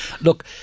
Look